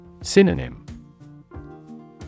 Synonym